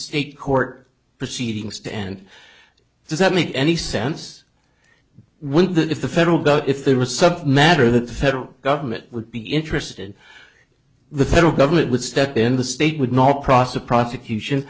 state court proceedings to end does that make any sense when the if the federal got if there was some matter that the federal government would be interested the federal government would step in the state would not cross of prosecution